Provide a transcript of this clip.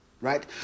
Right